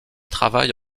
travaille